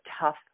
tough